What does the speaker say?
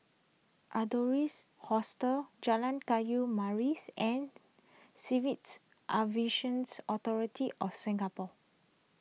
Adonis Hostel Jalan Kayu and Authority of Singapore